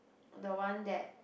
the one that